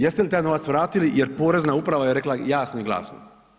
Jeste li taj novac vratili jer Porezna uprava je rekla jasno i glasno?